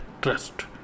trust